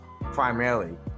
primarily